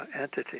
entity